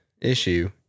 issue